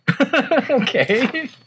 okay